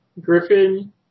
Griffin